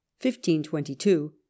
1522